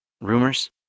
Rumors